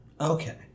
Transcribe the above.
Okay